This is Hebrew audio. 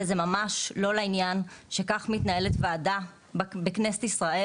וזה ממש לא לעניין שכך מתנהלת ועדה בכנסת ישראל.